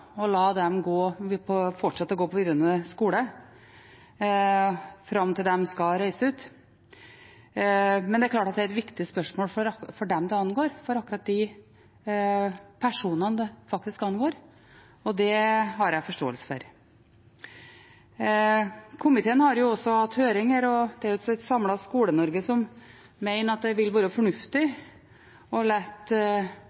og 70 elever. Det er ikke noen stor utfordring for norske fylker å la dem fortsette å gå på videregående skole fram til de skal reise ut. Men det er klart at det er et viktig spørsmål for akkurat de personene det angår, og det har jeg forståelse for. Komiteen har hatt høring, og et samlet Skole-Norge mener at det vil være